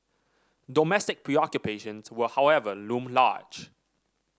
domestic preoccupations will however loom large